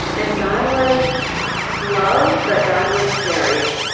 and god was love, but god was scary.